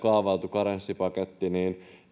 karenssipaketti niin